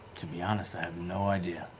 to be honest, i have no idea.